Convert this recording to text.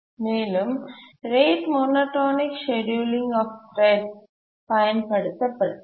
மேலும் rate monotonic scheduling thread பயன்படுத்தப்பட்டது